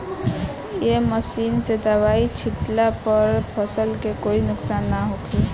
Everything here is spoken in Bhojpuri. ए मशीन से दवाई छिटला पर फसल के कोई नुकसान ना होखे